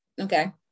Okay